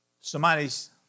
Somebody's